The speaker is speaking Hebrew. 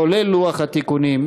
כולל לוח התיקונים.